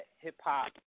hip-hop